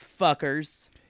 fuckers